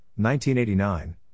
1989